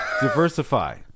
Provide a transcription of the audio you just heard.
diversify